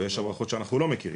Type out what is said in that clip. ויש הברחות שאנחנו לא מכירים,